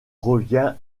revient